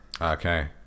Okay